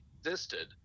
existed